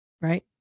right